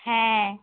হ্যাঁ